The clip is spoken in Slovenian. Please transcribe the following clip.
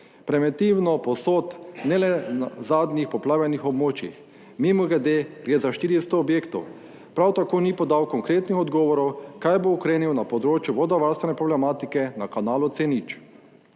preventivno, povsod, ne le na zadnjih poplavljenih območjih - mimogrede, gre za 400 objektov. Prav tako ni podal konkretnih odgovorov, kaj bo ukrenil na področju vodovarstvene problematike na kanalu C0.